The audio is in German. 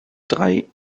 drei